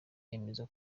yemeza